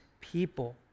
people